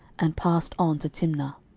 and passed on to timnah